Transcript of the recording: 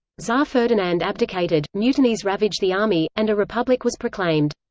tsar ferdinand abdicated, mutinies ravaged the army, and a republic was proclaimed.